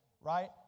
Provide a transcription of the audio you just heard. right